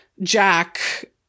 Jack